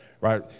right